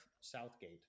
Southgate